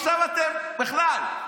עכשיו אתם בכלל,